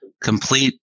complete